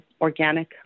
organic